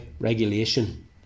regulation